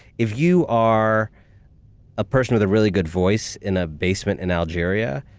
if you are a person with a really good voice in a basement in algeria,